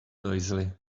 noisily